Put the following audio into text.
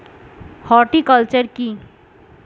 Horticulture কি?